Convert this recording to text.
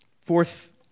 Fourth